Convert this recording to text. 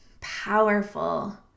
powerful